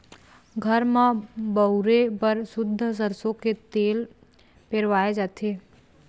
घर म बउरे बर सुद्ध सरसो के तेल पेरवाए जाथे